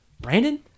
brandon